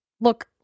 look